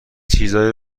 چیزایی